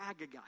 Agagite